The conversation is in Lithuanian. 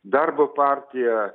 darbo partija